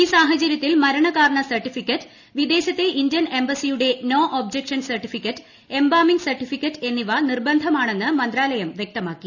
ഈ സാഹചര്യത്തിൽ മരണകാരണ സർട്ടിഫിക്കറ്റ് വിദേശത്തെ ഇന്ത്യൻ എംബസിയുടെ no objection certificate embalming certificate എന്നിവ നിർബന്ധമാണെന്ന് മന്ത്രാലയം വൃക്തമാക്കി